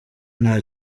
nta